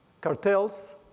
cartels